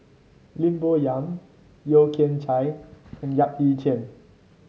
Lim Bo Yam Yeo Kian Chye and Yap Ee Chian